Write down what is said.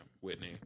Whitney